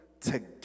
together